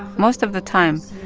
most of the time,